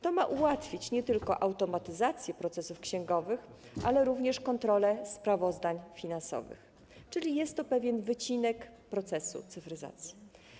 To ma ułatwić nie tylko automatyzację procesów księgowych, ale również kontrolę sprawozdań finansowych, czyli jest to pewien wycinek procesu cyfryzacji.